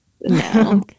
No